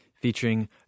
featuring